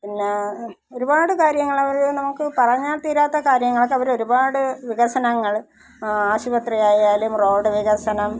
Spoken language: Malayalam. പിന്നെ ഒരുപാട് കാര്യങ്ങൾ അവർ നമുക്ക് പറഞ്ഞാൽ തീരാത്ത കാര്യങ്ങളൊക്കെ അവർ ഒരുപാട് വികസനങ്ങൾ ആശുപത്രി ആയാലും റോഡ് വികസനം